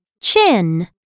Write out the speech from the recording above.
chin